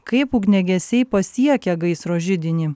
kaip ugniagesiai pasiekia gaisro židinį